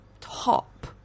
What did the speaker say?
top